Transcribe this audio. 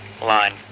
line